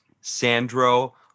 Sandro